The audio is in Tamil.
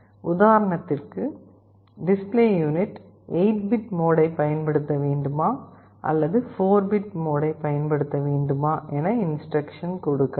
உதாரணத்திற்கு டிஸ்ப்ளே யூனிட் 8 பிட் மோடை பயன்படுத்த வேண்டுமா அல்லது 4 பிட் மோடை பயன்படுத்த வேண்டுமா என இன்ஸ்டிரக்க்ஷன் கொடுக்கலாம்